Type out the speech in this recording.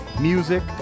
music